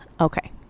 Okay